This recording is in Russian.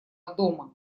дома